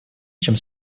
чем